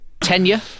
Tenure